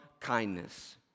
kindness